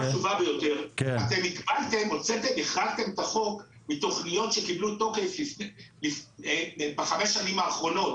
אתם החרגתם את החוק מתוכניות שקיבלו תוקף בחמש שנים האחרונות.